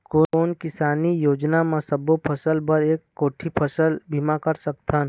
कोन किसानी योजना म सबों फ़सल बर एक कोठी फ़सल बीमा कर सकथन?